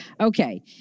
Okay